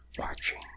watching